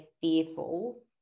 fearful